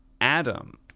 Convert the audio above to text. adam